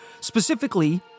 Specifically